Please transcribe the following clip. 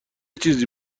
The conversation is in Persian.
چیزی